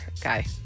guy